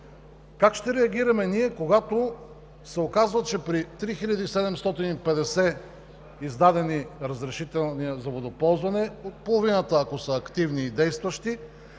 Как ще реагираме, когато се оказва, че при 3750 издадени разрешителни за водоползване, половината ако са активни и действащи,